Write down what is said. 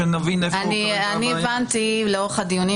אני הבנתי לאורך הדיונים,